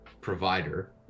provider